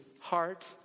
heart